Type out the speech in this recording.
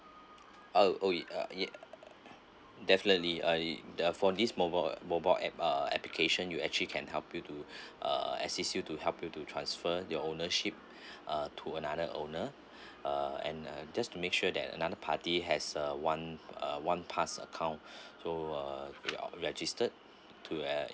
I'll oh ya uh definitely I uh for this mobile mobile app uh application you actually can help you to uh assists you to help you to transfer your ownership uh to another owner uh and uh just to make sure that another party has uh one uh one pass account so uh you are registered to at